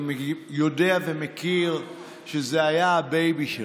אני יודע ומכיר שזה היה הבייבי שלך,